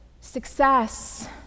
success